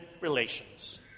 relations